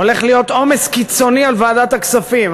הולך להיות עומס קיצוני על ועדת הכספים,